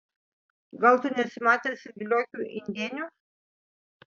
gal tu nesi matęs viliokių indėnių